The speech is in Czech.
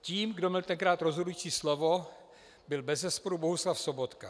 Tím, kdo měl tenkrát rozhodující slovo, byl bezesporu Bohuslav Sobotka.